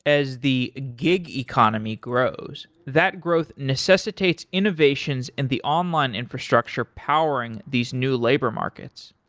as the gig economy grows, that growth necessitates innovations in the online infrastructure powering these new labor markets.